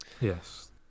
Yes